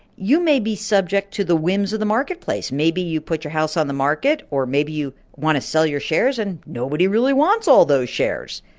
you may be subject to the whims of the marketplace. maybe you put your house on the market, or maybe you want to sell your shares and nobody really wants all those shares.